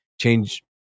change